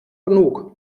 genug